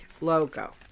logo